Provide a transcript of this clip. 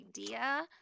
idea